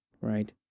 right